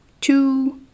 two